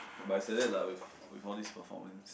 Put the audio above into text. but it's like that lah with with all these performance